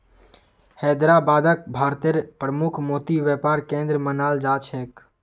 हैदराबादक भारतेर प्रमुख मोती व्यापार केंद्र मानाल जा छेक